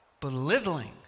belittling